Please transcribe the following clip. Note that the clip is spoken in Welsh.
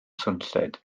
swnllyd